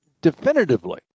definitively